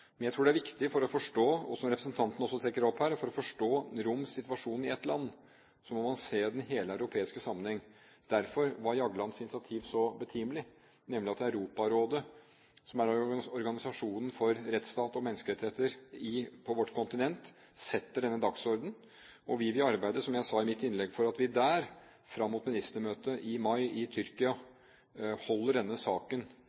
Men jeg tror det er viktig at for å forstå, som representanten også trekker opp her, rombefolkningens situasjon i et land, må man se hele den europeiske sammenhengen. Derfor var Jaglands initiativ så betimelig, nemlig at Europarådet, som er organisasjonen for rettsstat og menneskerettigheter på vårt kontinent, setter denne dagsordenen, og vi vil arbeide, som jeg sa i mitt innlegg, for at vi fram mot ministermøtet i mai i Tyrkia holder denne saken